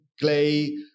clay